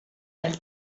del